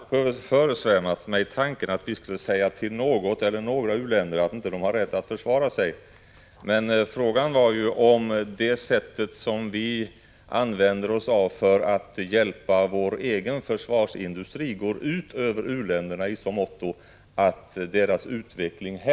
Det har visat sig att svensktillverkade vapen som exporterats till Singapore därifrån vidareexporterats till länder som Sverige inte kan godkänna som mottagare, detta trots att Singapore garanterat motsatsen och också förnekat att en sådan vidareexport har skett. Nu hävdar regeringen att man fått tillräckliga garantier för att kunna återuppta vapenexporten till Singapore.